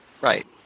Right